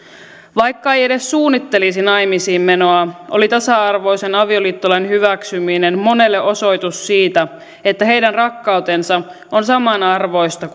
vaikka ei edes suunnittelisi naimisiinmenoa oli tasa arvoisen avioliittolain hyväksyminen monelle osoitus siitä että heidän rakkautensa on samanarvoista